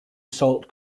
salt